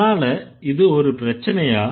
அதனால இது ஒரு பிரச்சனையா